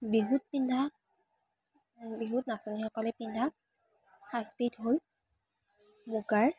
বিহুত পিন্ধা বিহুত নাচনীসকলে পিন্ধা সাজবিধ হ'ল মুগাৰ